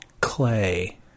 Clay